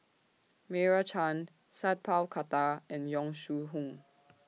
Meira Chand Sat Pal Khattar and Yong Shu Hoong